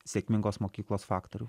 sėkmingos mokyklos faktorių